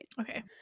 Okay